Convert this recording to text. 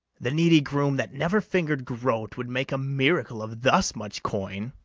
the needy groom, that never finger'd groat, would make a miracle of thus much coin